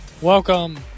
Welcome